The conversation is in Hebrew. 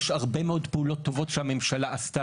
יש הרבה מאוד פעולות טובות שהממשלה עשתה